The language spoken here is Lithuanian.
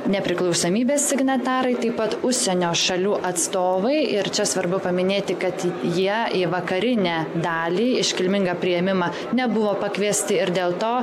nepriklausomybės signatarai taip pat užsienio šalių atstovai ir čia svarbu paminėti kad jie į vakarinę dalį iškilmingą priėmimą nebuvo pakviesti ir dėl to